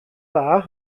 dda